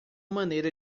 maneira